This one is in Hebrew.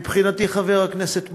מבחינתי, חבר הכנסת מוזס,